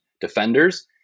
defenders